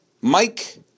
Mike